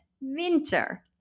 winter